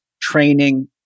training